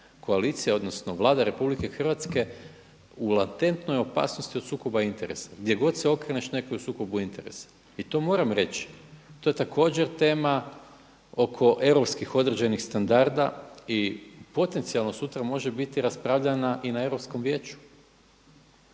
koalicija, odnosno Vlada RH u latentnoj opasnosti od sukoba interesa. Gdje god se okreneš netko je u sukobu interesa. I to moram reći, to je također tema oko europskih određenih standarda i potencijalno sutra može biti raspravljana i na Europskom vijeću